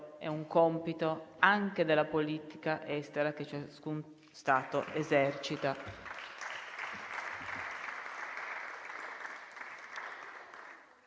è un compito anche della politica estera che ciascuno Stato esercita.